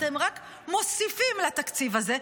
אתם רק מוסיפים לתקציב הזה.